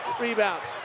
rebounds